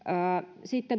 sitten